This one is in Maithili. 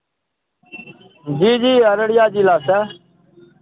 जी जी अररिया जिलासँ